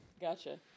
gotcha